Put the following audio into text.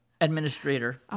administrator